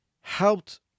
helped